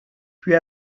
puis